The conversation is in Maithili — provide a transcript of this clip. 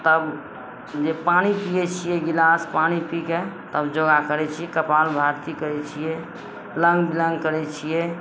तब जे पानि पीयै छियै गिलास पानि पी कए तब योगा करय छियै कपाल भाती करय छियै अनुलोम विलोम करय छियै